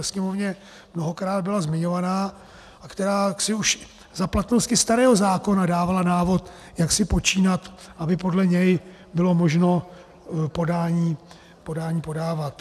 Sněmovně mnohokrát byla zmiňovaná a která jaksi už za platnosti starého zákona dávala návod, jak si počínat, aby podle něj bylo možno podání podávat.